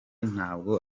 ntabwo